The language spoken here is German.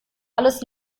alles